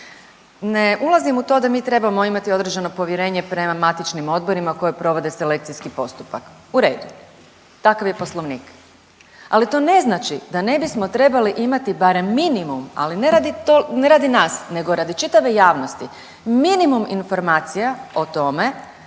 Ne ulazim u to da mi trebamo imati određeno povjerenje prema matičnim odborima koji provode selekcijski postupak. U redu, takav je poslovnik, ali to ne znači da ne bismo trebali imati barem minimum, ali ne radi nas nego radi čitave javnosti minimum informacija o tome